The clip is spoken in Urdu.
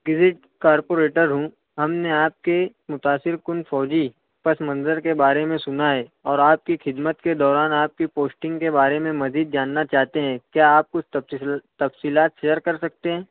وزٹ کارپوریٹر ہوں ہم نے آپ کے متاثرکن فوجی پس منظر کے بارے میں سنا ہے اور آپ کی خدمت کے دوران آپ کی پوسٹنگ کے بارے میں مزید جاننا چاہتے ہیں کیا آپ کچھ تفصیلات شیئر کر سکتے ہیں